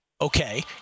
Okay